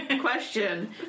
question